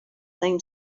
same